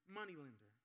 moneylender